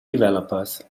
developers